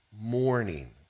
morning